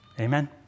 Amen